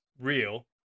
real